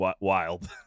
wild